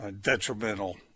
detrimental